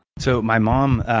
so my mom,